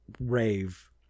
rave